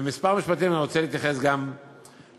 בכמה משפטים אני רוצה להתייחס גם להצעה